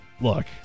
Look